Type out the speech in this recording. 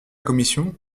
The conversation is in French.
commission